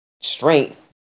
strength